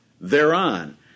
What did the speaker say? thereon